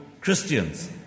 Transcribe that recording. Christians